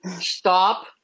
Stop